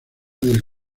del